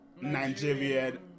Nigerian